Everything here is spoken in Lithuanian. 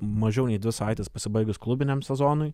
mažiau nei dvi savaites pasibaigus klubiniam sezonui